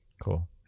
Cool